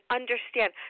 understand